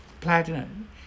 platinum